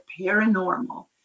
Paranormal